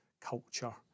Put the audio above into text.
culture